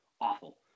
awful